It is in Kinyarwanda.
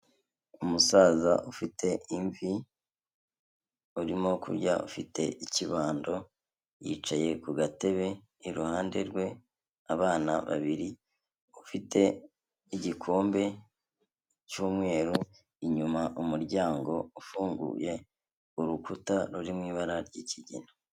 Umusaza ufite imvi, urimo kurya ufite ikibando, yicaye ku gatebe iruhande rwe abana babiri, ufite igikombe cy'umweru inyuma umuryango ufunguye, urukuta ruri mu ibara ry'ikigina.